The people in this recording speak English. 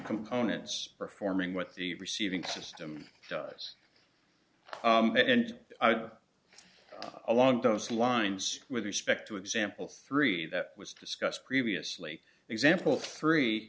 components performing what the receiving system does and along those lines with respect to example three that was discussed previously example three